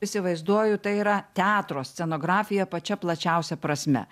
įsivaizduoju tai yra teatro scenografija pačia plačiausia prasme